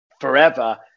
forever